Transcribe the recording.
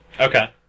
Okay